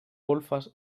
golfes